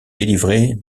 délivrer